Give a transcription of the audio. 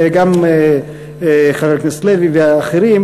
וגם חבר הכנסת לוי ואחרים.